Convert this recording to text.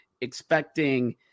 expecting